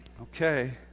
Okay